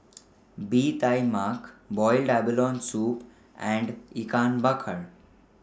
Bee Tai Mak boiled abalone Soup and Ikan Bakar